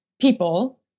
people